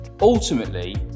Ultimately